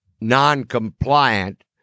non-compliant